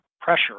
pressure